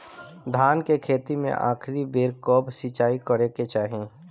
धान के खेती मे आखिरी बेर कब सिचाई करे के चाही?